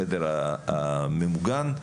בחדר הממוגן,